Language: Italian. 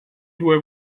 due